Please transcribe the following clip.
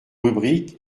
rubrique